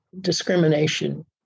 discrimination